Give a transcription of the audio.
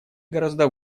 гораздо